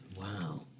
Wow